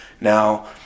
now